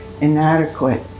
inadequate